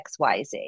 XYZ